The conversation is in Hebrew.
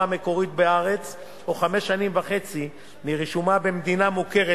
המקורית בארץ או חמש שנים וחצי מרישומה במדינה מוכרת,